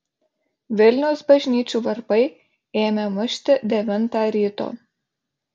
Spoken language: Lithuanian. vilniaus bažnyčių varpai ėmė mušti devintą ryto